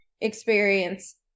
experience